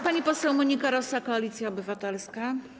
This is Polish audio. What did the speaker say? Pani poseł Monika Rosa, Koalicja Obywatelska.